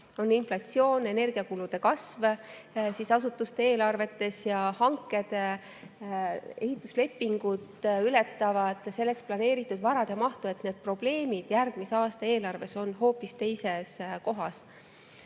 On inflatsioon, energiakulude kasv asutuste eelarvetes, hanked ja ehituslepingud ületavad selleks planeeritud varade mahtu. Probleemid järgmise aasta eelarves on hoopis teises kohas. Mis